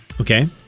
Okay